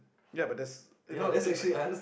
ya but there's you know is like